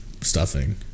stuffing